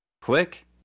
click